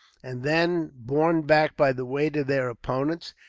and then, borne back by the weight of their opponents,